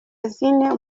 rosine